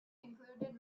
included